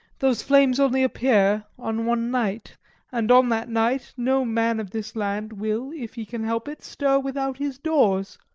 those flames only appear on one night and on that night no man of this land will, if he can help it, stir without his doors.